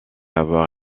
avoir